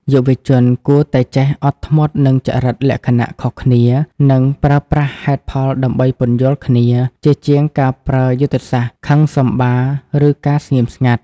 យុវជនគួរតែចេះ "អត់ធ្មត់នឹងចរិតលក្ខណៈខុសគ្នា" និងប្រើប្រាស់ហេតុផលដើម្បីពន្យល់គ្នា ជាជាងការប្រើយុទ្ធសាស្ត្រខឹងសម្បារ ឬការស្ងៀមស្ងាត់។